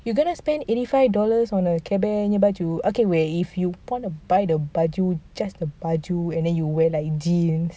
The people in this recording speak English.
you gonna spend eighty five dollars on a care bear punya baju okay wait if you want to buy the baju just the baju and then you wear like jeans